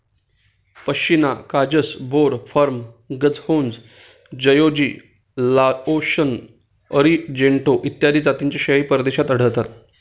पश्मिना काजस, बोर, फर्म, गझहोंग, जयोगी, लाओशन, अरिजेंटो इत्यादी जातींच्या शेळ्याही परदेशात आढळतात